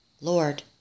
lord